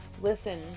Listen